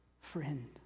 friend